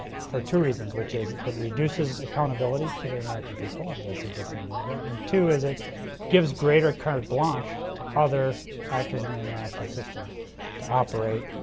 for two reasons. which is it reduces accountability to the american people as i suggested a minute ago. and two is it gives greater cart blanche to other actors in the international system to operate